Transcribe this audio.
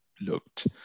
looked